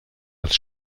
als